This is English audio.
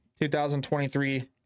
2023